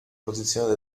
posizione